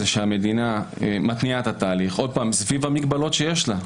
שהמדינה מתניעה את התהליך במגבלות שיש לה,